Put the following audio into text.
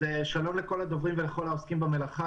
שלום לכל הדוברים ולכל העוסקים במלאכה.